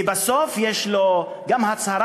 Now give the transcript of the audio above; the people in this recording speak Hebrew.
ובסוף יש לו גם הצהרה,